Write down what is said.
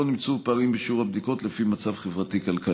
לא נמצאו פערים בשיעור הבדיקות לפי מצב חברתי-כלכלי.